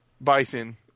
Bison